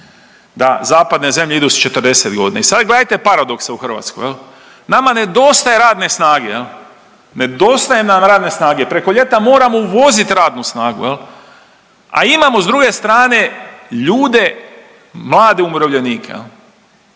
Da zapadne zemlje idu s 40 godina i sad gledajte paradoksa u Hrvatskoj. Nama nedostaje radne snage. Nedostaje nam radne snage, preko ljeta moramo uvoziti radnu snagu, je li. A imamo s druge strane ljude, mlade umirovljenike.